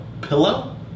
Pillow